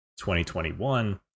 2021